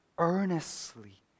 earnestly